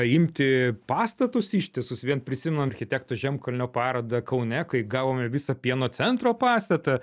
imti pastatus ištisus vien prisimenant architekto žemkalnio parodą kaune kai gavome visą pieno centro pastatą